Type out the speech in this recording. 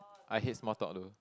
I hate small talk though